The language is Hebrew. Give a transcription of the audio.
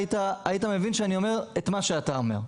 היית מבין שאני אומר את מה שאתה אומר.